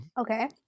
Okay